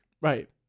Right